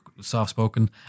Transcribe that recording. soft-spoken